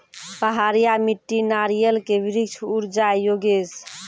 पहाड़िया मिट्टी नारियल के वृक्ष उड़ जाय योगेश?